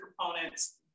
components